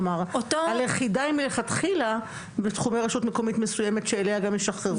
כלומר הלכידה היא מלכתחילה בתחומי רשות מקומית מסוימת שאליה גם ישוחררו.